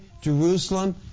Jerusalem